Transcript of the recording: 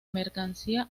mercancía